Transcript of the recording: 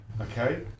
Okay